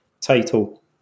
title